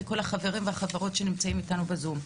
ולכל החברים והחברות שנמצאים איתנו בזום.